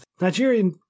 Nigerian